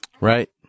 Right